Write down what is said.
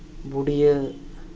ᱵᱩᱰᱤᱭᱟᱹ